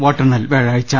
വോട്ടെണ്ണൽ വ്യാഴാഴ്ച